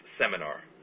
seminar